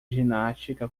ginástica